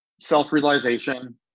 self-realization